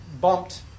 bumped